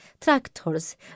tractors